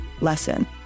lesson